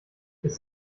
ist